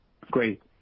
Great